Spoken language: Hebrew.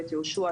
בית יהושוע,